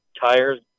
tires